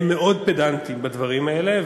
הם מאוד פדנטים בדברים האלה,